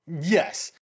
Yes